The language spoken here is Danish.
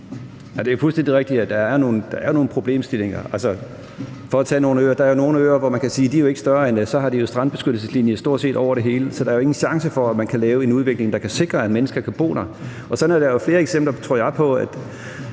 Det er fuldstændig rigtigt, at der er nogle problemstillinger. For at tage nogle øer: Der er jo nogle øer, som ikke er større, end at de har strandbeskyttelseslinje stort set over det hele, så der er ingen chance for, at man kan lave en udvikling, der kan sikre, at mennesker kan bo der. Sådan er der jo flere eksempler, tror jeg, på,